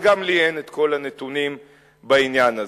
וגם לי אין כל הנתונים בעניין הזה.